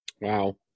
Wow